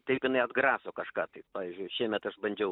taip jinai atgraso kažką tai pavyzdžiui šiemet aš bandžiau